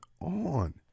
on